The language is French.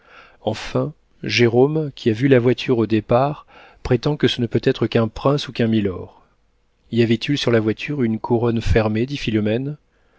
enfin jérôme qui a vu la voiture au départ prétend que ce ne peut être qu'un prince ou qu'un milord y avait-il sur la voiture une couronne fermée dit philomène